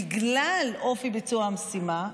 בגלל אופי ביצוע המשימה,